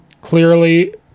clearly